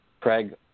Craig